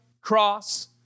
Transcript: cross